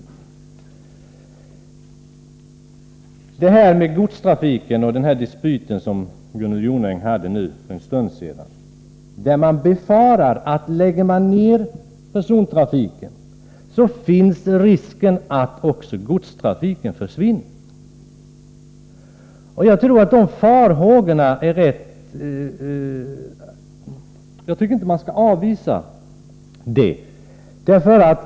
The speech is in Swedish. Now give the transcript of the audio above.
Gunnel Jonäng hade för en stund sedan en dispyt med Olle Östrand om godstrafiken; man befarar att om persontrafiken läggs ned finns risk att också godstrafiken försvinner. Jag tycker inte att man skall avvisa farhågorna för det.